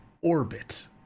orbit